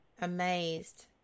amazed